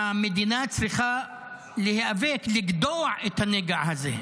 והמדינה צריכה להיאבק, לגדוע את הנגע הזה.